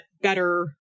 better